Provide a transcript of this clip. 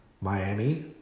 Miami